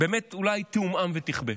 באמת אולי תעומעם ותכבה.